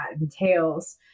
entails